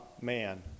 man